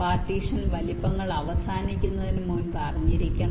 partition വലുപ്പങ്ങൾ അവസാനിക്കുന്നതിന് മുമ്പ് അറിഞ്ഞിരിക്കണം